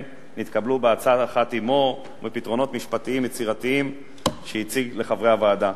נתקבלו בעצה אחת עמו בפתרונות משפטיים יצירתיים שהציג לחברי הוועדה.